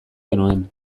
genuen